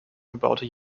gebaute